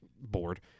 bored